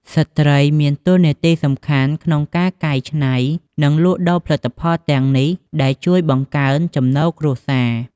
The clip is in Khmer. ស្ត្រី មានតួនាទីសំខាន់ក្នុងការកែច្នៃ និងលក់ដូរផលិតផលទាំងនេះ ដែលជួយបង្កើនចំណូលគ្រួសារ។